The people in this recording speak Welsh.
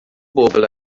bobl